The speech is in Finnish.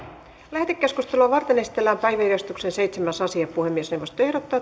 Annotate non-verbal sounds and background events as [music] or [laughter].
lähetekeskustelua varten esitellään päiväjärjestyksen seitsemäs asia puhemiesneuvosto ehdottaa [unintelligible]